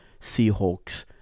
Seahawks